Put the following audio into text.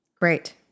great